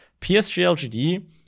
PSGLGD